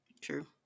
True